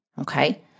Okay